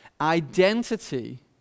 Identity